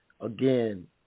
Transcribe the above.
Again